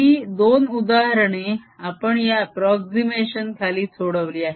ही दोन उदाहरणे आपण या अप्रोक्झीमेशन खालीच सोडवली आहेत